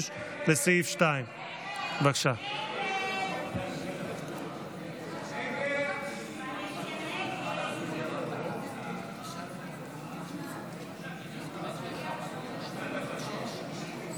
26, לסעיף 2. הסתייגות 26 לא